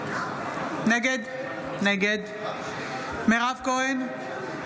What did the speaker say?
נגד מירב כהן,